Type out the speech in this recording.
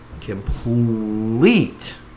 complete